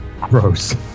Gross